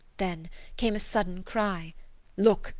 then came a sudden cry look!